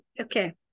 Okay